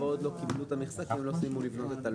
מי נמנע?